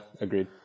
agreed